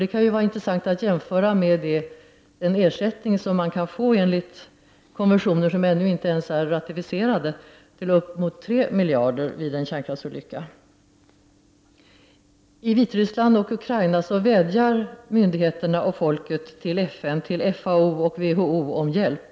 Det kan vara intressant att jämföra dessa kostnader med den ersättning som man kan få enligt de konventioner som ännu inte är ratificerade, vilka ersätter skador upp till tre miljarder kronor vid en kärnkraftsolycka. I Vitryssland och Ukraina vädjar myndigheterna till FN, FAO och WHO om hjälp.